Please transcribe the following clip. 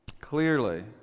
Clearly